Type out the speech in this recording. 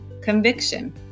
conviction